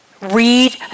Read